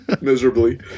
Miserably